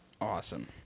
Awesome